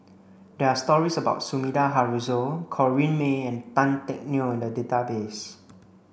there are stories about Sumida Haruzo Corrinne May and Tan Teck Neo in the database